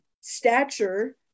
stature